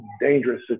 dangerous